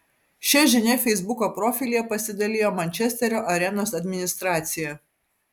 šia žinia feisbuko profilyje pasidalijo mančesterio arenos administracija